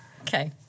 Okay